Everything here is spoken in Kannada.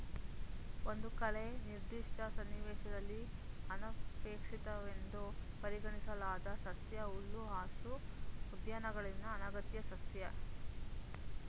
ಒಂದು ಕಳೆ ನಿರ್ದಿಷ್ಟ ಸನ್ನಿವೇಶದಲ್ಲಿ ಅನಪೇಕ್ಷಿತವೆಂದು ಪರಿಗಣಿಸಲಾದ ಸಸ್ಯ ಹುಲ್ಲುಹಾಸು ಉದ್ಯಾನಗಳಲ್ಲಿನ ಅನಗತ್ಯ ಸಸ್ಯ